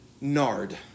nard